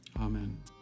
Amen